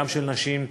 גם של נשים,